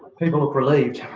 people are relieved.